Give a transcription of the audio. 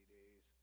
days